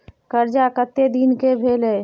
कर्जा कत्ते दिन के भेलै?